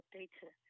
data